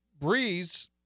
Breeze